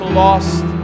lost